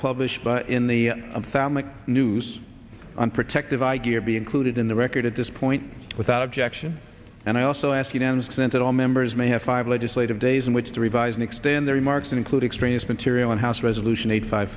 published but in the family news on protective i give be included in the record at this point without objection and i also ask unanimous consent that all members may have five legislative days in which to revise and extend their remarks to include experience material and house resolution eight five